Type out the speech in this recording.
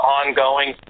ongoing